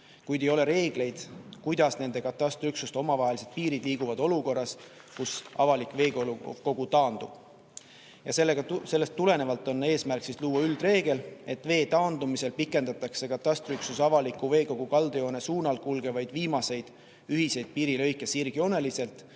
kuid ei ole reegleid, kuidas nende katastriüksuste omavahelised piirid liiguvad olukorras, kus avalik veekogu taandub. Sellest tulenevalt on eesmärk luua üldreegel, et vee taandumisel pikendatakse katastriüksuse avaliku veekogu kaldajoone suunas kulgevaid viimaseid ühiseid piirilõike sirgjooneliselt